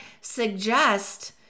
suggest